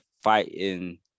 fighting